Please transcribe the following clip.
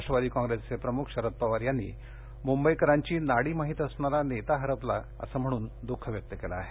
राष्ट्रवादी कॉप्रेसचे प्रमुख शरद पवार यांनी मुंबईकरांची नाडी माहित असणारा नेता हरपला असं म्हणून दुःख व्यक्त केलं आहे